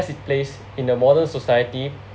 ~s it place in the modern society